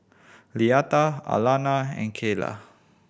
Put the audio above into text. Leatha Alannah and Kayla